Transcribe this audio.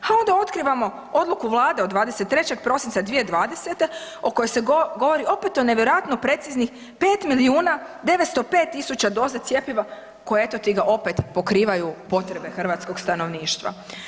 Ha onda otkrivamo odluku vlade od 23. prosinca 2020. o kojoj se govori opet o nevjerojatno preciznih 5.905.000 doza cjepiva koje eto ti ga opet pokrivaju potrebe hrvatskog stanovništva.